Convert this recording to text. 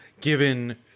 given